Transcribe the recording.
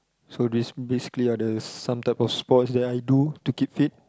so this this three are the some type of sports that I do to keep fit